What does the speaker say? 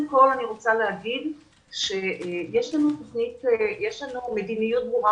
אני רוצה להגיד שיש לנו מדיניות ברורה